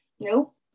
nope